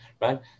Right